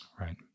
Right